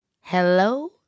hello